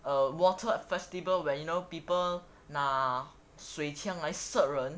uh water festival where you know people 拿水枪来射人